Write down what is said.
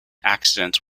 accidents